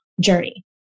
Journey